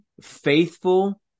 faithful